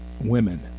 women